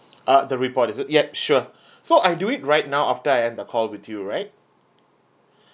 uh the report is it yup sure so I do it right now after I end the call with you right